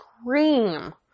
scream